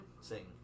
sing